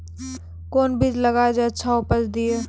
कोंन बीज लगैय जे अच्छा उपज दिये?